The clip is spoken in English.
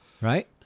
Right